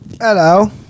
Hello